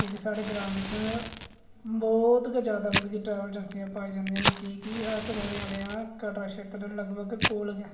इक साढ़े ग्रांऽ बिच बहुत गै जैदा मतलब ट्रैवल एजेंसियां पाई जंदियां कि कटरा खेत्तर लगभग कोल गै